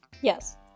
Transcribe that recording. Yes